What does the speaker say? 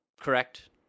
correct